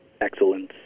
excellence